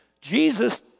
Jesus